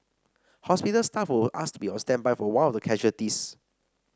hospital staff were asked to be on standby for one of the casualties